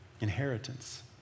Inheritance